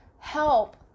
help